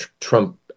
trump